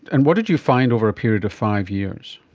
and what did you find over a period of five years?